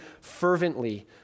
fervently